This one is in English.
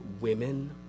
women